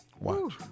Watch